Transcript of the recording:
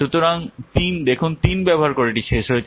সুতরাং 3 দেখুন 3 ব্যবহার করে এটি শেষ হয়েছে